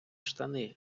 штани